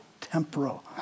temporal